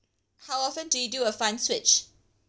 how often do you do a fund switch